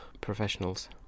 professionals